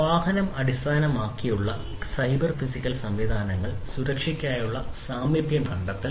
വാഹനം അടിസ്ഥാനമാക്കിയുള്ള ഗതാഗത സൈബർ ഫിസിക്കൽ സംവിധാനങ്ങൾ സുരക്ഷയ്ക്കായി സാമീപ്യം കണ്ടെത്തൽ